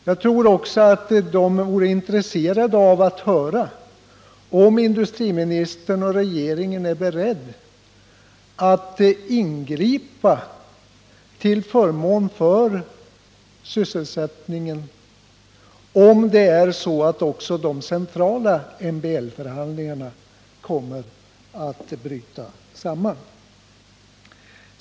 Jag tror också att de vore intresserade av att höra om industriministern och regeringen är beredda att ingripa till förmån för sysselsättningen, om det är så att också de centrala MBL-förhandlingarna kommer att bryta samman.